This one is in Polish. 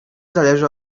zależy